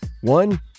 One